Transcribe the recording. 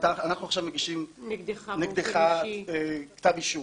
אנחנו עכשיו מגישים נגדך כתב אישום.